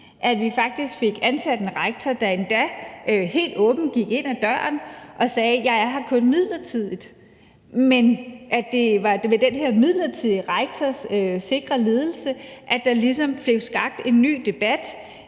at vi faktisk fik ansat en rektor, der endda helt åbent gik ind ad døren og sagde: Jeg er her kun midlertidigt. Men det var ved den her midlertidige rektors sikre ledelse, at der ligesom blev skabt en ny debat,